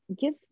Give